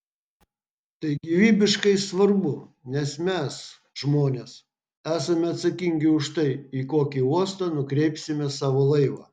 tai gyvybiškai svarbu nes mes žmonės esame atsakingi už tai į kokį uostą nukreipsime savo laivą